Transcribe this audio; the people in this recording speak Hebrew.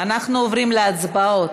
אנחנו עוברים להצבעות.